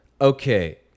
okay